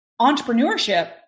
entrepreneurship